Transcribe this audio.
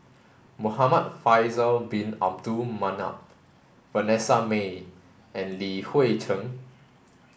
Muhamad Faisal bin Abdul Manap Vanessa Mae and Li Hui Cheng